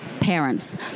parents